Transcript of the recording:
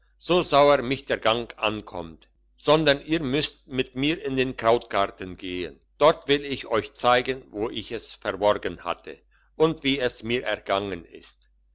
so sauer mich der gang ankommt sondern ihr müsst mit mir in den krautgarten gehen dort will ich euch zeigen wo ich es verborgen hatte und wie es mir ergangen ist